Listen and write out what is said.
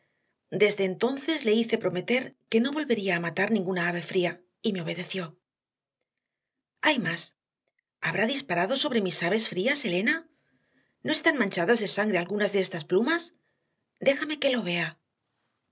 desde entonces le hice prometer que no volvería a matar ninguna ave fría y me obedeció hay más habrá disparado sobre mis aves frías elena no están manchadas de sangre algunas de estas plumas déjame que lo vea